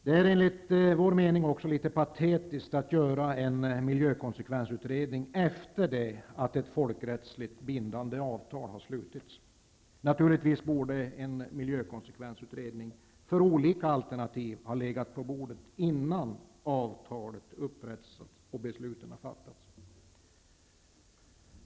Det är enligt vår mening också litet patetiskt att göra en miljökonsekvensutredning efter det att ett folkrättsligt bindande avtal har slutits. En miljökonsekvensutredning för olika alternativ borde naturligtvis ha legat på bordet innan avtalet upprättades och besluten fattades.